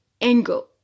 angle